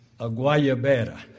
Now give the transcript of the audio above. Aguayabera